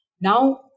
Now